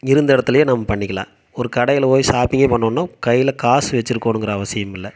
இருந்த இடத்துலே நம்ம பண்ணிக்கலாம் ஒரு கடையில் போய் ஷாப்பிங்கே பண்ணணுனா கையில் காசு வச்சிருக்கணுங்குற அவசியம் இல்லை